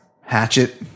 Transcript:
hatchet